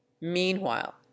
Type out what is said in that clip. meanwhile